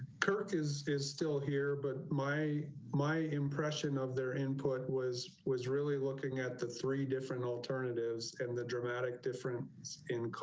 kirk is is still here, but my my impression of their input was was really looking at the three different alternatives and the dramatic difference in